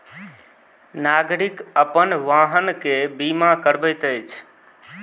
नागरिक अपन वाहन के बीमा करबैत अछि